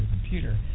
computer